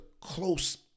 close